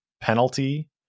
penalty